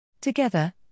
Together